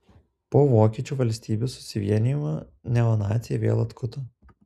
po vokiečių valstybių susivienijimo neonaciai vėl atkuto